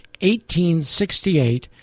1868